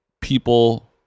people